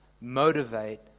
motivate